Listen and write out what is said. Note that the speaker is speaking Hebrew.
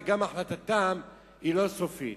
וגם החלטתם היא לא סופית.